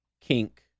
kink